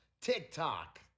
TikTok